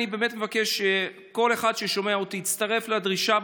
אני באמת מבקש שכל אחד ששומע אותי יצטרף לדרישה,